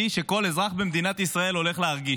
שכל אזרח במדינת ישראל הולך להרגיש.